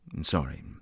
Sorry